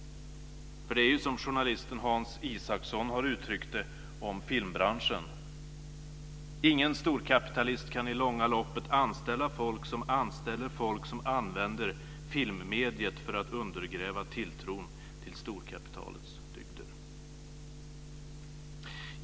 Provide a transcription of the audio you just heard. Det är som journalisten Hans Isaksson har uttryckt det om filmbranschen: "Ingen storkapitalist kan i långa loppet anställa folk som anställer folk som använder filmmediet för att undergräva tilltron till storkapitalets dygder."